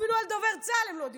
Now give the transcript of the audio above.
אפילו על דובר צה"ל הם לא דילגו.